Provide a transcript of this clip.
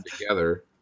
together